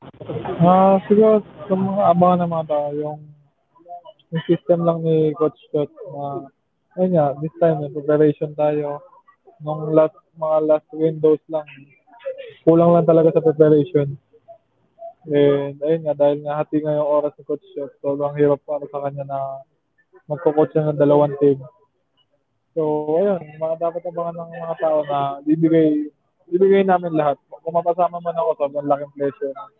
Ah, siguro, so sa mga abangan ng mga tao, yung- yung system lang ni Coach Chot na, ayun nga, this time, may preparation tayo. Nung last- mga last windows lang, kulang lang talaga sa preparation. And, ayun nga, dahil nga hati nga yung oras ni Coach Chot, sobrang hirap para sa kanya na magko-coach siya ng dalawang team. So, ayun, mga dapat abangan ng mga tao na ibigay- ibigay namin lahat. Kung mapasama man ako, sobrang laking pleasure.